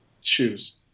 Shoes